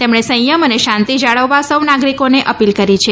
તેમણે સંથમ અને શાંતિ જાળવવા સૌ નાગરીકોને અપીલ કરી છે